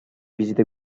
visite